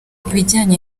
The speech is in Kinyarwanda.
ibijyanye